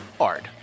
art